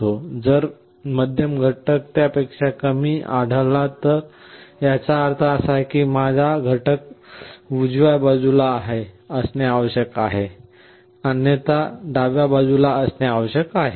मला जर मध्यम घटक त्यापेक्षा कमी आढळला असेल तर याचा अर्थ असा आहे की माझा घटक उजव्या बाजूला असणे आवश्यक आहे किंवा अन्यथा डाव्या बाजूला असणे आवश्यक आहे